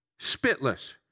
spitless